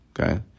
okay